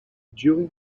during